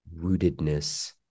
rootedness